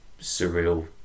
surreal